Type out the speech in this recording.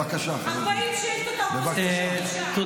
גמרנו.